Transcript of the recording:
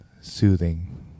soothing